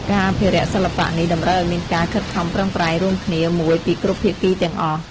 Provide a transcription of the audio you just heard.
ការអភិរក្សសិល្បៈនេះតម្រូវឱ្យមានការខិតខំប្រឹងប្រែងរួមគ្នាមួយពីគ្រប់ភាគីទាំងអស់។